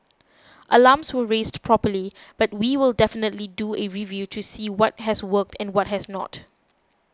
alarms were raised properly but we will definitely do a review to see what has worked and what has not